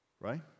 Right